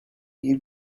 you